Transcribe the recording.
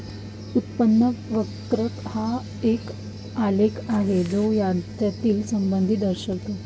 उत्पन्न वक्र हा एक आलेख आहे जो यांच्यातील संबंध दर्शवितो